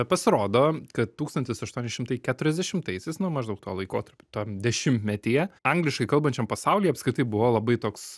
pasirodo kad tūkstantis aštuoni šimtai keturiasdešimtaisiais nu maždaug tuo laikotarpiu tam dešimtmetyje angliškai kalbančiam pasauly apskritai buvo labai toks